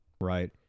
right